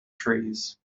trees